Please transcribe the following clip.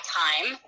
time